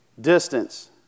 Distance